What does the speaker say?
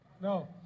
No